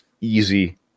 easy